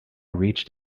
reached